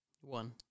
One